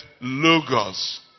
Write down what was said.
logos